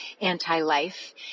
anti-life